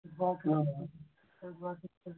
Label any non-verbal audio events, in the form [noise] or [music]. [unintelligible]